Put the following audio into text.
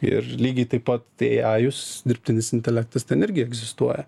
ir lygiai taip pat tai eajus dirbtinis intelektas ten irgi egzistuoja